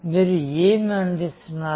మీరు ఏమి అందిస్తున్నారు